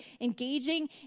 engaging